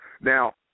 Now